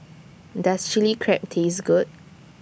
Does Chilli Crab Taste Good